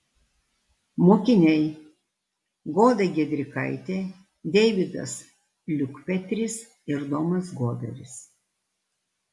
mokiniai goda giedrikaitė deividas liukpetris ir domas goberis